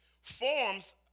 Forms